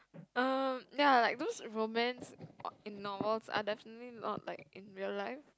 err ya like those romance in novels are definitely not like in real life